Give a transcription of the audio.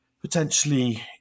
Potentially